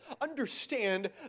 Understand